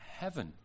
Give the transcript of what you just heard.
heaven